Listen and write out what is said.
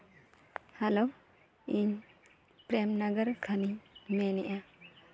hello ᱤᱧ ᱯᱨᱮᱢᱱᱟᱜᱟᱨ ᱠᱷᱚᱱᱤᱧ ᱢᱮᱱᱮᱫᱼᱟ